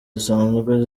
zisanzwe